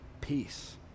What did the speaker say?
Peace